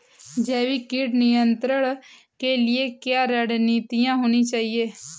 जैविक कीट नियंत्रण के लिए क्या रणनीतियां होनी चाहिए?